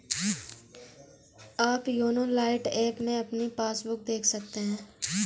आप YONO lite app में अपनी पासबुक देख सकते हैं